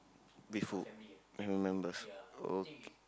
with your family members oh K